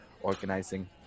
organizing